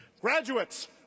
Graduates